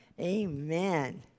amen